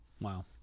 Wow